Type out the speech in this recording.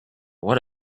what